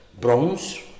bronze